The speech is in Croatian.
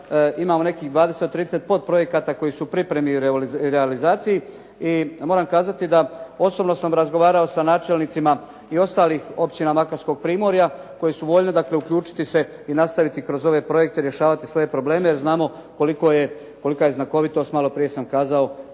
imamo nekih 20, 30 podprojekata koji su u pripremi i realizaciji i moram kazati da osobno sam razgovarao sa načelnicima i ostalih općina makarskog primorja koji su voljni dakle, uključiti se i nastaviti kroz ove projekte rješavati svoje probleme jer znamo kolika je znakovitost, malo prije sam kazao,